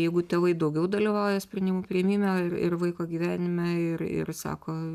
jeigu tėvai daugiau dalyvauja sprendimų priėmime ir vaiko gyvenime ir ir sako